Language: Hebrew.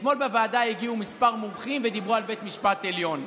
אתמול בוועדה הגיעו כמה מומחים ודיברו על בית המשפט העליון,